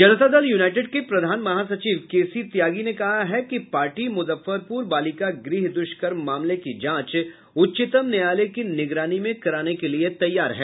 जनता Dal United के प्रधान महासचिव केसी त्यागी ने कहा है कि पार्टी मुजफ्फरपुर बालिका गृह द्रष्कर्म मामले की जांच उच्चतम न्यायालय की निगरानी में कराने के लिए तैयार है